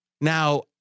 Now